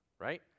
right